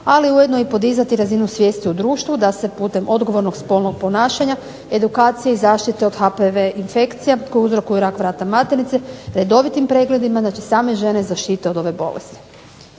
ali ujedno podizati razinu svijesti u društvu da se putem odgovornog spolnog ponašanja, edukacije i zaštite od HPV infekcija koje uzrokuju rak vrata maternice redovitim pregledima, znači same žene zaštite od ove bolesti.